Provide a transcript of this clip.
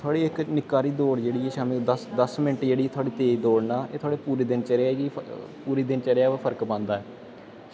थुआढ़ी इक्क निक्का हारी दौड़ जेह्ड़ी ऐ शामीं दस्स मिंट थुआढ़ी तेज दौड़ नै एह् थुआढ़ी पूरी दिनचर्या गी पूरी दिनचर्या उप्पर फर्क पांदा